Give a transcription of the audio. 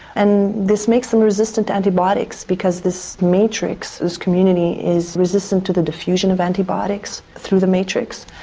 and this makes them resistant to antibiotics because this matrix, this community is resistant to the diffusion of antibiotics through the matrix.